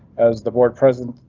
as the board president,